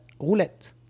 Roulette